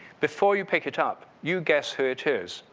before you pick it up, you guess who it is.